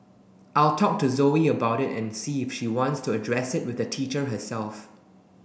I'll talk to Zoe about it and see if she wants to address it with the teacher herself